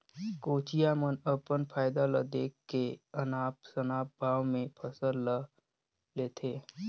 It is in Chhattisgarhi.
कोचिया मन अपन फायदा ल देख के अनाप शनाप भाव में फसल ल लेथे